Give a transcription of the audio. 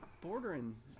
bordering